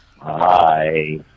Hi